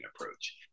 approach